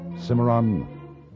Cimarron